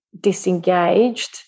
disengaged